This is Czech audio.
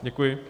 Děkuji.